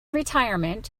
retirement